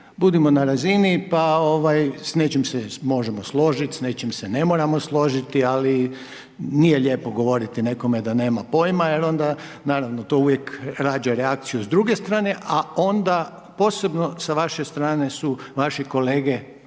Budimo na razini, pa ovaj, s nečim se možemo složiti, s nečim se ne moramo složiti, ali nije lijepo govoriti nekome da nema pojma, jer onda, naravno to rađa reakciju s druge strane, a onda posebno sa vaše strane su vaši kolege